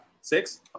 Six